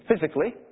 physically